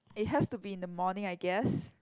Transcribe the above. it has to be in the morning I guess